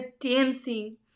dancing